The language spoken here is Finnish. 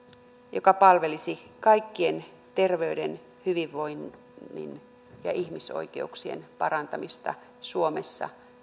joka palvelisi kaikkien terveyden hyvinvoinnin ja ihmisoikeuksien parantamista suomessa